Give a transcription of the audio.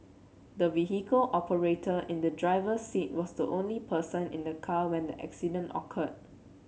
the vehicle operator in the driver's seat was the only person in the car when the accident occurred